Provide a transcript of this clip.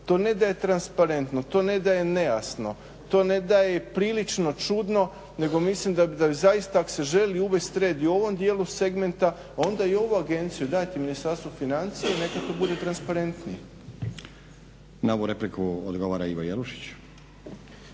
To ne da je transparentno, to ne da je nejasno, to ne da je i prilično čudno nego mislim da bi zaista ako se želi uvesti red i u ovom dijelu segmenta onda i ovu agenciju dajte Ministarstvu financija i neka bude transparentnija. **Stazić, Nenad (SDP)** Na ovu repliku odgovara Ivo Jelušić.